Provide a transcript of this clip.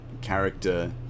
character